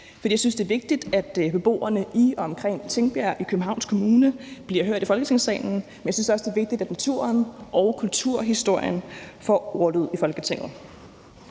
Jeg synes, at det er vigtigt, at beboerne i og omkring Tingbjerg i Københavns Kommune bliver hørt i Folketingssalen. Jeg synes også, at det er vigtigt, at naturen og kulturhistorien får ordlyd i Folketinget.